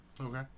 Okay